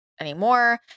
anymore